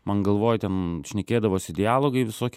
man galvoj ten šnekėdavosi dialogai visoki